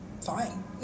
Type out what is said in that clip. Fine